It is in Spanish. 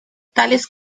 tales